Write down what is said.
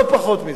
לא פחות מזה.